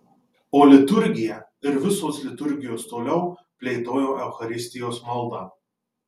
o liturgija ir visos liturgijos toliau plėtojo eucharistijos maldą